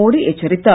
மோடி எச்சரித்தார்